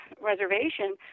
Reservation